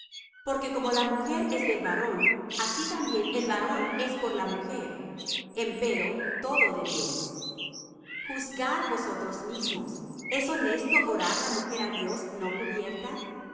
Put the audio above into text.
porque como la mujer es del varón así también el varón es por la mujer empero todo de dios juzgad vosotros mismos es honesto orar la mujer á dios no cubierta